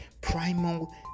primal